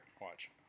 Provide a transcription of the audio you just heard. Watch